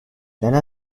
lena